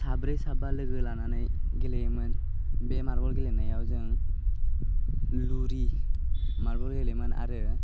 साब्रै साबा लोगो लानानै गेलेयोमोन बे मारबल गेलेनायाव जों लुरि मारबल गेलेयोमोन आरो